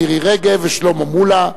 מירי רגב ושלמה מולה.